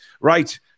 Right